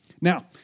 Now